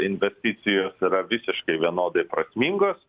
investicijos yra visiškai vienodai prasmingos